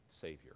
Savior